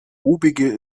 obige